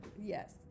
Yes